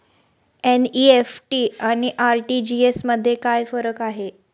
NEFT आणि RTGS मध्ये काय फरक आहे?